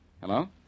Hello